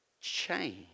change